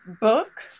book